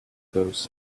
goes